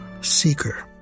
seeker